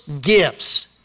gifts